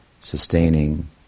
sustaining